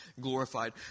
glorified